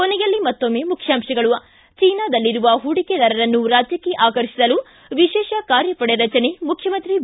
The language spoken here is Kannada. ಕೊನೆಯಲ್ಲಿ ಮತ್ತೊಮ್ಮೆ ಮುಖ್ಯಾಂಶಗಳು ಿ ಚೀನಾದಲ್ಲಿರುವ ಹೂಡಿಕೆದಾರರನ್ನು ರಾಜ್ಯಕ್ಷೆ ಆಕರ್ಷಿಸಲು ವಿಶೇಷ ಕಾರ್ಯಪಡೆ ರಚನೆ ಮುಖ್ಯಮಂತ್ರಿ ಬಿ